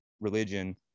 religion